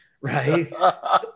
right